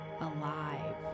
alive